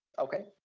okay,